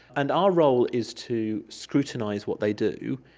and our role is to scrutinise what they do,